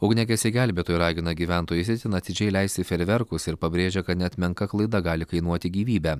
ugniagesiai gelbėtojai ragina gyventojus itin atidžiai leisti fejerverkus ir pabrėžia kad net menka klaida gali kainuoti gyvybę